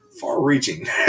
far-reaching